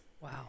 Wow